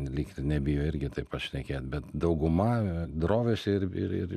lyg ir nebijo irgi taip šnekėt bet dauguma drovisi ir ir ir